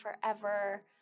forever